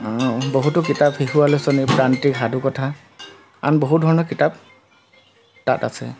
বহুতো কিতাপ শিশু আলোচনী প্ৰান্তিক সাধুকথা আন বহু ধৰণৰ কিতাপ তাত আছে